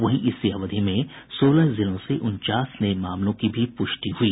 वहीं इसी अवधि में सोलह जिलों से उनचास नये मामलों की भी प्रष्टि हुई